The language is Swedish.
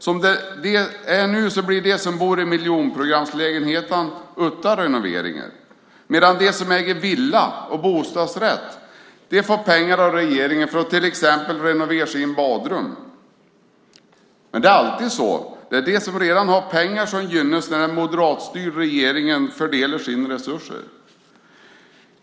Som det är nu blir de som bor i miljonprogramslägenheterna utan renoveringar, medan de som äger villa och bostadsrätt får pengar av regeringen för att till exempel renovera sina badrum. De är alltid så - de som redan har pengar gynnas när den moderatstyrda regeringen fördelar resurserna.